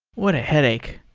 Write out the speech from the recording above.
what a headache